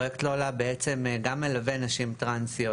פרויקט לולה גם מלווה בעצם נשים טראנסיות,